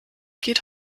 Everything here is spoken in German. geht